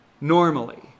normally